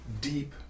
deep